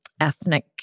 ethnic